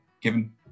given